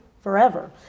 forever